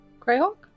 Greyhawk